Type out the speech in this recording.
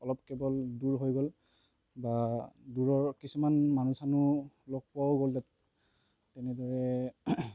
অলপ কেৱল দূৰ হৈ গ'ল বা দূৰৰ কিছুমান মানুহ চানুহ লগ পোৱাও গ'ল তাত তেনেদৰে